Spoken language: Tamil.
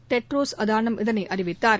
டெட்ரோஸ் இதனை அறிவித்தார்